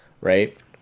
right